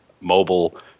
mobile